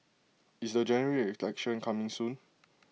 is the General Election coming soon